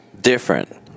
different